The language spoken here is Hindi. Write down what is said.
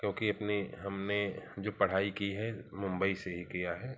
क्योंकि अपनी हमने जो पढ़ाई की है मुंबई से ही किया है